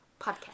Podcast